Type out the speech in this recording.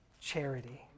charity